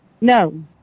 No